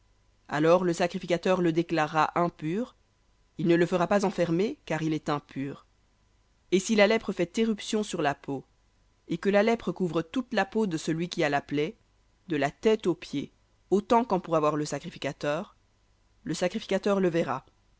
alors le sacrificateur le déclarera impur il ne le fera pas enfermer car il est impur et si la lèpre fait éruption sur la peau et que la lèpre couvre toute la peau de la plaie de la tête aux pieds autant qu'en pourra voir le sacrificateur le sacrificateur le verra